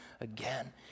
again